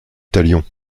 talion